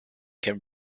can